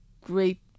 great